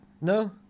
No